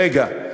רגע.